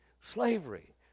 slavery